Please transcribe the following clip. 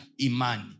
Imani